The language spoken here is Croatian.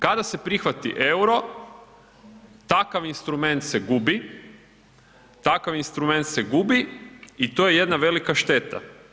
Kada se prihvati EUR-o takav instrument se gubi, takav instrument se gubi i to je jedna velika šteta.